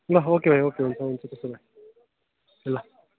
ल ओके भाइ ओके हुन्छ हुन्छ त्यसो भए ल